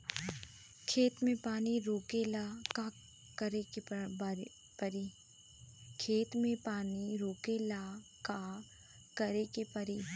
खेत मे पानी रोकेला का करे के परी?